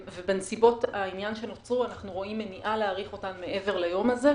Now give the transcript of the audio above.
ובנסיבות העניין שנוצרו אנחנו רואים מניעה להאריך אותן מעבר ליום הזה.